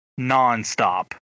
nonstop